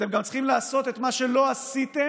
אתם גם צריכים לעשות את מה שלא עשיתם